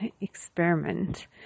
experiment